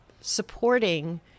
supporting